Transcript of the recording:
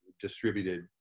distributed